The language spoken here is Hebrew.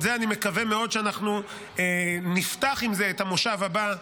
אני מקווה מאוד שאנחנו נפתח עם זה את המושב הבא,